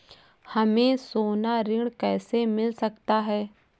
हमें सोना ऋण कैसे मिल सकता है?